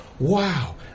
Wow